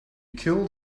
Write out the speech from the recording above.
killed